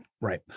Right